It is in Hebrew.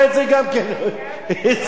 איזה עולם זה, אני לא מבין.